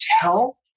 tell